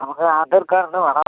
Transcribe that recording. നമുക്ക് ആധാർ കാർഡ് വേണം